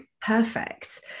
Perfect